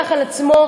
לכן שאתן כאן,